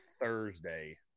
Thursday